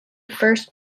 first